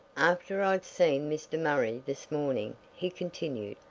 after i'd seen mr. murray this morning, he continued,